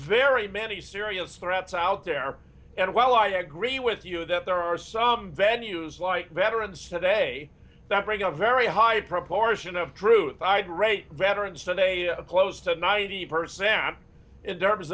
very many serious threats out there and while i agree with you that there are some venues like veterans today that bring a very high proportion of truth i'd rate veterans so they close to ninety per cent is ther